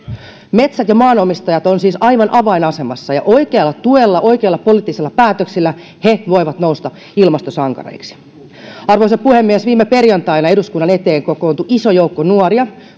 metsät ja maanomistajat ovat siis aivan avainasemassa ja oikealla tuella ja oikeilla poliittisilla päätöksillä he voivat nousta ilmastosankareiksi arvoisa puhemies viime perjantaina eduskunnan eteen kokoontui iso joukko nuoria